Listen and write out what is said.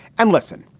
and listen,